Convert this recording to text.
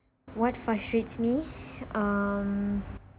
what frustrates me um